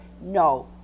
no